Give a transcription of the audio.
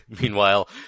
Meanwhile